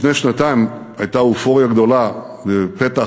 לפני שנתיים הייתה אופוריה גדולה בפתח,